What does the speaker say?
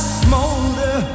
smolder